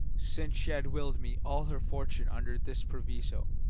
since she had willed me all her fortune under this proviso.